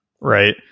right